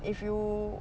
if you